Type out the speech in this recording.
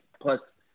Plus